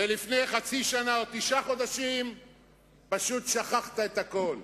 ולפני חצי שנה או תשעה חודשים פשוט שכחת את הכול,